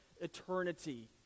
eternity